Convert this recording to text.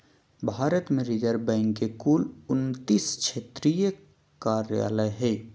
भारत में reserve bank के कुल उन्तीस क्षेत्रीय कार्यालय हइ